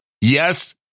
Yes